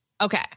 Okay